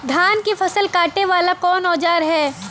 धान के फसल कांटे वाला कवन औजार ह?